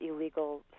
illegal